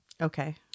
okay